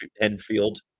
enfield